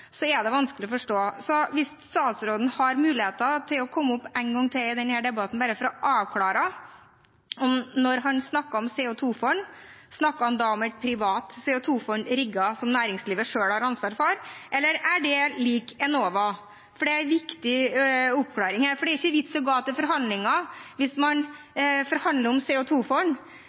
Så det er fint hvis statsråden har muligheten til å komme opp en gang til i denne debatten bare for å avklare: Da han snakket om CO 2 -fond, snakket han da om et privat rigget CO 2 -fond som næringslivet selv har ansvar for, eller er det lik Enova? Det er en viktig oppklaring, for det er ingen vits i å gå til forhandlinger hvis man forhandler om